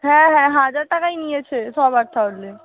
হ্যাঁ হ্যাঁ হাজার টাকাই নিয়েছে সবার তাহলে